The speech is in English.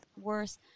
worse